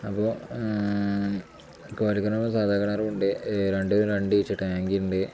അപ്പം കുഴൽ കിണറും സാധാരണ കിണറും ഉണ്ട് രണ്ട് രണ്ടും വെച്ച് ടാങ്ക് ഉണ്ട്